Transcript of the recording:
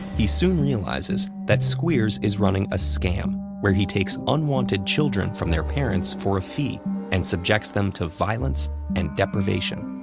he soon realizes that squeers is running a scam where he takes unwanted children from their parents for a fee and subjects them to violence and deprivation.